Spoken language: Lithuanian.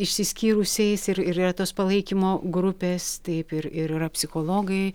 išsiskyrusiais ir ir yra tos palaikymo grupės taip ir ir yra psichologai